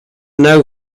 now